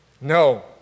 No